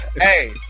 Hey